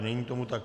Není tomu tak.